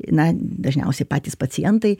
na dažniausiai patys pacientai